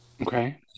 Okay